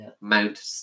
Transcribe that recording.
Mount